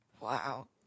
Wow